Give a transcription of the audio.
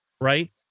right